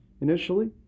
Initially